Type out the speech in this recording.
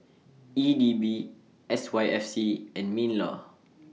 E D B S Y F C and MINLAW